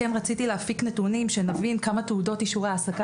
רציתי נתונים כדי שנבין כמה תעודות אישורי העסקה